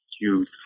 youth